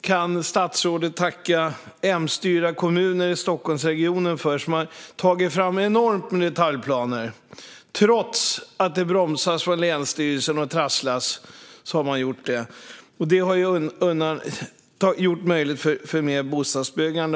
kan statsrådet tacka M-styrda kommuner i Stockholmsregionen för. De har tagit fram enormt mycket detaljplaner, trots att länsstyrelsen bromsar och trasslar. Det har möjliggjort för mer bostadsbyggande.